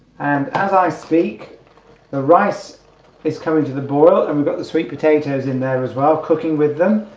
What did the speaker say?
and as i speak the rice is coming to the boil and we've got the sweet potatoes in there as well cooking with them